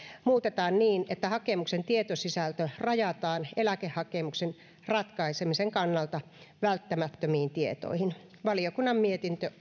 muutetaan niin että hakemuksen tietosisältö rajataan eläkehakemuksen ratkaisemisen kannalta välttämättömiin tietoihin valiokunnan mietintö